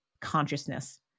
consciousness